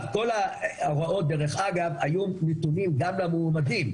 כל ההוראות דרך אגב היו ידועות גם למועמדים.